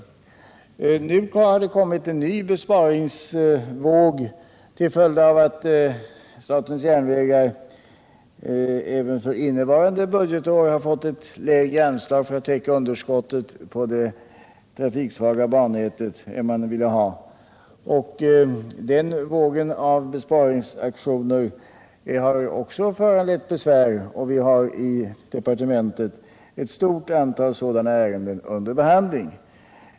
Nu har det kommit en ny besparingsvåg till följd av att statens järnvägar även för innevarande budgetår har fått ett lägre anslag för att täcka underskottet på det trafiksvaga järnvägsnätet än man ville ha. Den vågen av besparingsaktioner har också föranlett besvär, och vi har i departementet ett stort antal sådana ärenden under behandling.